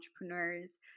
entrepreneurs